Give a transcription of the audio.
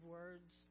words